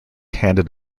handed